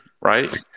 Right